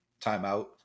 Timeout